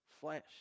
flesh